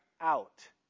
out